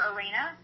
Arena